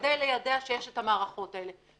כדי ליידע שיש את המערכות האלה,